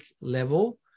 level